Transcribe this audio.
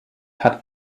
hat